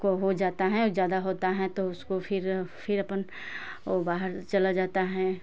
हो जाता है ज़्यादा हो जाता है तो उसको फिर फिर अपन वो बाहर चला जाता है